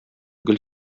гөл